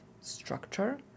structure